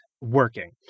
working